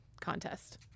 contest